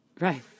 Right